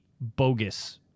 bogus